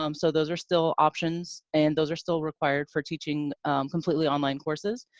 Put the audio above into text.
um so, those are still options and those are still required for teaching completely online courses.